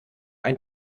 ein